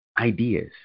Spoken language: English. ideas